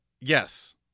yes